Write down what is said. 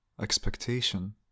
expectation